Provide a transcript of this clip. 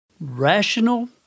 rational